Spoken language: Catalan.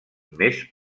més